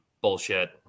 bullshit